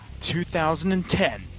2010